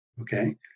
Okay